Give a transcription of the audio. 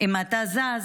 אם אתה זז,